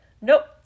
nope